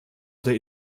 oder